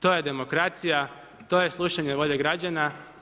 To je demokracija, to je slušanje volje građana.